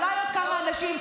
ואולי עוד כמה אנשים,